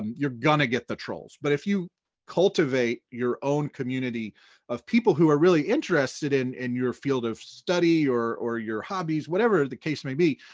um you're gonna get the trolls. but if you cultivate your own community of people who are really interested in and your field of study or or your hobbies, whatever the case may be,